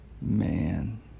man